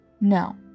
No